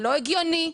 הלא הגיוני,